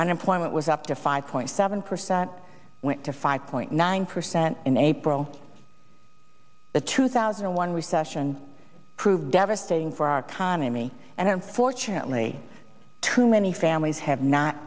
unemployment was up to five point seven percent to five point nine percent in april the two thousand and one recession proved devastating for our economy and unfortunately too many families have not